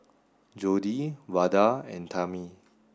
Jodie Vada and Tammi